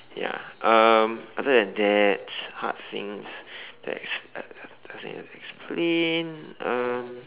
ya um other than that hard things to explain uh uh I have to explain um